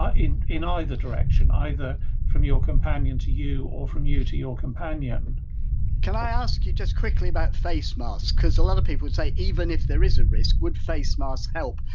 ah in in either direction, either from your companion to you or from you to your companion can i ask you, just quickly, about face masks because a lot of people would say even if there is a risk would face masks help,